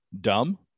Dumb